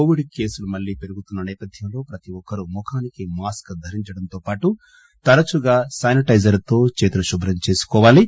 Covid కేసులు మళ్లీ పెరుగుతున్న నేపథ్యంలో ప్రతి ఒక్కరూ ముఖానికి మాస్క్ ధరించడంతో పాటు తరచుగా శానిటైజర్ తో చేతులు శుభ్రం చేసుకోవాలి